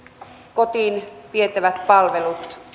kotiin vietävät palvelut